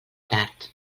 tard